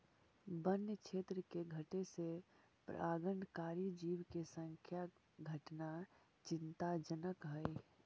वन्य क्षेत्र के घटे से परागणकारी जीव के संख्या घटना चिंताजनक हइ